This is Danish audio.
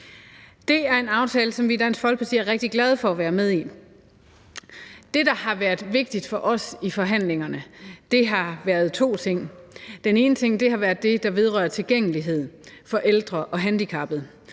Det er en aftale, som vi i Dansk Folkeparti er rigtig glade for at være med i. Der er to ting, der har været vigtige for os i forhandlingerne. Den ene ting har været det, der vedrører tilgængelighed for ældre og handicappede,